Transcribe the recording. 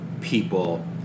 people